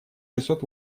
шестьсот